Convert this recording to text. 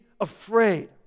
afraid